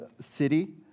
city